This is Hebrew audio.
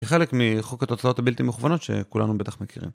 זה חלק מחוק התוצאות הבלתי מוכוונות שכולנו בטח מכירים.